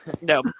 No